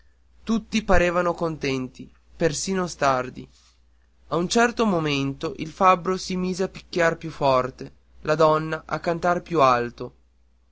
tutti parevano contenti persino stardi a un certo momento il fabbro si mise a picchiar più forte la donna a cantar più alto